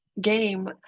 game